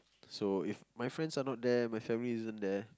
so if my friends are not there my family isn't there